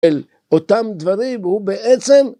אלא אותם דברים הוא בעצם